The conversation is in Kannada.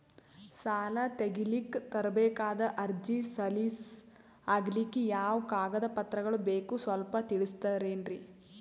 ಸಾಲ ತೆಗಿಲಿಕ್ಕ ತರಬೇಕಾದ ಅರ್ಜಿ ಸಲೀಸ್ ಆಗ್ಲಿಕ್ಕಿ ಯಾವ ಕಾಗದ ಪತ್ರಗಳು ಬೇಕು ಸ್ವಲ್ಪ ತಿಳಿಸತಿರೆನ್ರಿ?